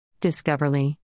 Discoverly